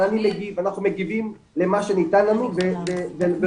אבל אנחנו מגיבים למה שניתן לנו ולא